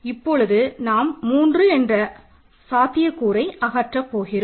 இப்பொழுது நாம் 3 என்ற சாத்தியக்கூறை அகற்றப் போகிறோம்